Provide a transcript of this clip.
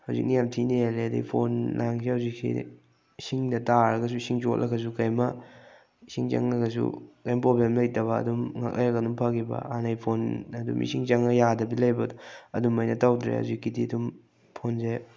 ꯍꯧꯖꯤꯛꯅ ꯌꯥꯝ ꯊꯤꯅ ꯍꯦꯜꯂꯦ ꯑꯗꯒꯤ ꯐꯣꯟ ꯂꯥꯡꯁꯦ ꯍꯧꯖꯤꯛꯁꯤ ꯏꯁꯤꯡꯗ ꯇꯥꯔꯒꯁꯨ ꯏꯁꯤꯡ ꯆꯣꯠꯂꯒꯁꯨ ꯀꯔꯤꯝꯃ ꯏꯁꯤꯡ ꯆꯪꯉꯒꯁꯨ ꯀꯔꯤꯝ ꯄ꯭ꯔꯣꯕ꯭ꯂꯦꯝ ꯂꯩꯇꯕ ꯑꯗꯨꯝ ꯉꯥꯏꯍꯥꯛ ꯂꯩꯔꯒ ꯑꯗꯨꯝ ꯐꯈꯤꯕ ꯍꯥꯟꯅꯒꯤ ꯐꯣꯟꯗ ꯑꯗꯨꯝ ꯏꯁꯤꯡ ꯆꯪꯉ ꯌꯥꯗꯕꯤ ꯂꯩꯕꯗꯣ ꯑꯗꯨꯃꯥꯏꯅ ꯇꯧꯗ꯭ꯔꯦ ꯍꯧꯖꯤꯛꯀꯤꯗꯤ ꯑꯗꯨꯝ ꯐꯣꯟꯁꯦ